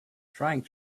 trying